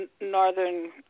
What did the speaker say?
northern